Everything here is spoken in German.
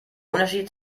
unterschied